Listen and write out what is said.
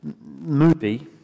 movie